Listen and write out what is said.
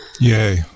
Yay